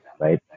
Right